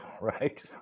right